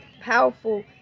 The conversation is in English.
powerful